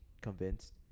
convinced